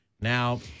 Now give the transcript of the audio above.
Now